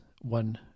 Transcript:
one